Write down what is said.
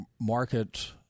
Market